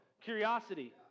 Curiosity